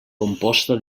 composta